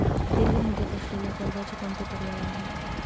दीर्घ मुदत असलेल्या कर्जाचे कोणते पर्याय आहे?